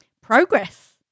progress